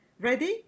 Ready